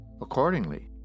Accordingly